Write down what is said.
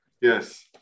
Yes